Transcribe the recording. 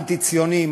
אנטי-ציונים.